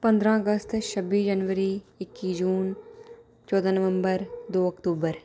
पंदरां अगस्त छब्बी जनवरी इक्की जून चौदां नवम्बर दो अक्तूबर